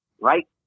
right